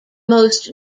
most